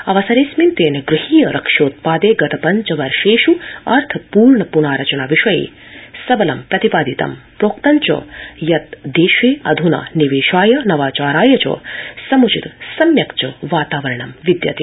अवसरेऽस्मिन् तेन गृद्धीय रक्षोत्पादे गत पञ्च वर्षेष् अर्थपूर्ण प्नारचना विषये सबलं प्रतिपादितम् प्रोक्तञ्च यत् देशे अध्ना निवेशाय नवाचाराय च सम्चित वातावरणं विद्यते